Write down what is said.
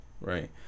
right